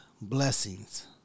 blessings